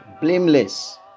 blameless